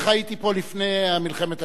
הוא מוכר לי, אני חייתי פה לפני מלחמת השחרור.